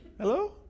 Hello